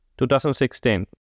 2016